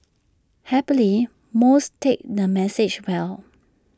happily most take the message well